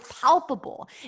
palpable